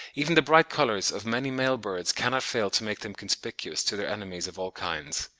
even the bright colours of many male birds cannot fail to make them conspicuous to their enemies of all kinds.